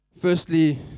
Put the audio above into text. Firstly